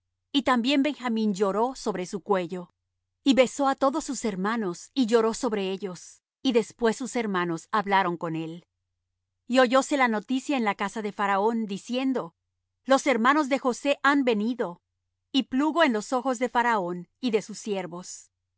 y también benjamín lloró sobre su cuello y besó á todos sus hermanos y lloró sobre ellos y después sus hermanos hablaron con él y oyóse la noticia en la casa de faraón diciendo los hermanos de josé han venido y plugo en los ojos de faraón y de sus siervos